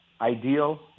ideal